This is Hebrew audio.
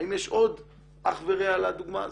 האם יש עוד אח ורע לדוגמה הזאת.